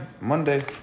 Monday